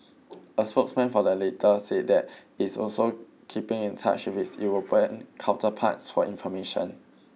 a spokesman for the latter said that it is also keeping in touch with European counterparts for information